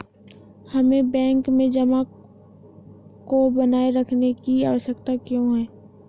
हमें बैंक में जमा को बनाए रखने की आवश्यकता क्यों है?